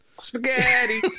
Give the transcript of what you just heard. Spaghetti